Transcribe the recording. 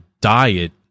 diet